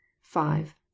five